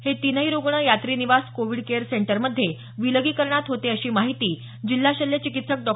हे तीन्ही रूग्ण यात्री निवास कोविड केयर सेंटर मध्ये विलगीकरणात होते अशी माहिती जिल्हा शल्य चिकित्सक डॉ